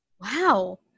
Wow